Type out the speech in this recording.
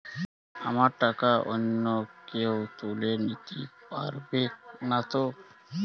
আমার টাকা অন্য কেউ তুলে নিতে পারবে নাতো?